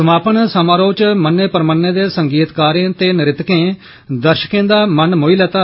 समापन समारोह च मन्ने परमन्ने दे संगीतकारें ते नृत्कें दर्शके दा मनमोही लैता